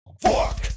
fuck